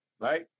right